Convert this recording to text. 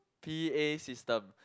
P_A system